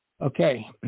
Okay